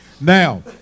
Now